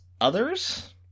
others